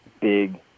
big